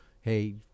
hey